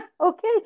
okay